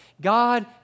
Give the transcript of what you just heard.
God